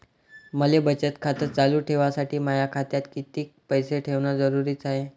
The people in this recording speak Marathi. मले बचत खातं चालू ठेवासाठी माया खात्यात कितीक पैसे ठेवण जरुरीच हाय?